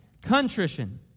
Contrition